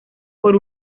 por